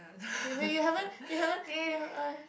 okay wait you haven't you haven't